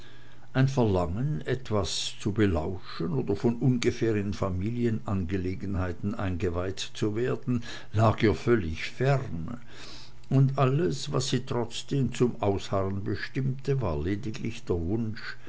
ein verlangen etwas zu belauschen oder von ungefähr in familienangelegenheiten eingeweiht zu werden lag ihr völlig fern und alles was sie trotzdem zum ausharren bestimmte war lediglich der wunsch